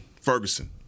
Ferguson